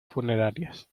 funerarias